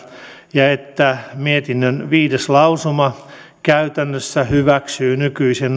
ja että mietinnön viides lausuma käytännössä hyväksyy nollatyösopimusten nykyisen